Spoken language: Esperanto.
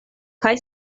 kaj